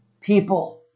people